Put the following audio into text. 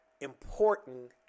important